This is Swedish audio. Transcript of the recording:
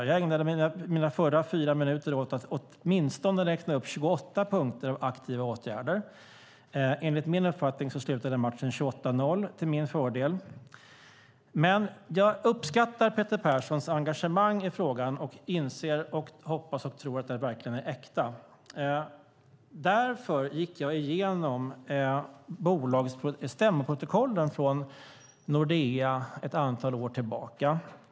Jag ägnade mina förra fyra minuter åt att räkna upp åtminstone 28 punkter av aktiva åtgärder. Enligt min uppfattning slutade matchen 28-0 till min fördel. Men jag uppskattar Peter Perssons engagemang i frågan, och jag inser, hoppas och tror att den är äkta. Därför gick jag igenom stämmoprotokollen från Nordea ett antal år tillbaka.